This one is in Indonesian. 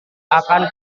akan